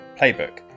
playbook